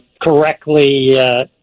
correctly –